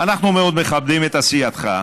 אנחנו מאוד מכבדים את עשייתך,